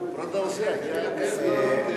היושב ראש,